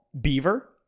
Beaver